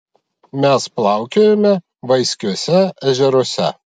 mes plaukiojame vaiskiuose ežeruose